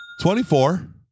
24